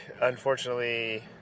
Unfortunately